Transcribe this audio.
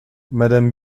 madame